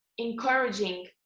encouraging